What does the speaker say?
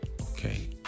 Okay